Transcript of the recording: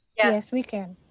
yeah yes, we can.